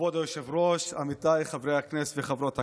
כבוד היושב-ראש, עמיתיי חברי הכנסת וחברות הכנסת,